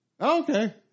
Okay